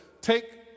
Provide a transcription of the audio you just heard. take